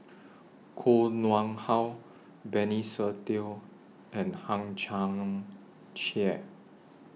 Koh Nguang How Benny Se Teo and Hang Chang Chieh